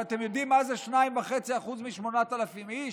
אתם יודעים מה זה 2.5% מ-8,000 איש?